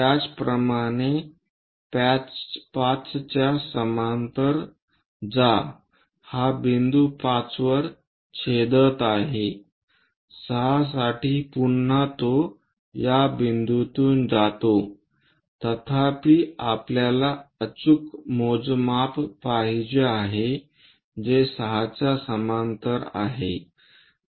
त्याचप्रमाणे 5 च्या समांतर जा हा बिंदू P5 वर छेदत आहे 6 साठी पुन्हा तो या बिंदूतून जातो तथापि आपल्याला अचूक मोजमाप पाहिजे आहे जे 6 च्या समांतर आहे